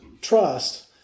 trust